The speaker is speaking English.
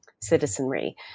citizenry